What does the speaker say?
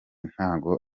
ntago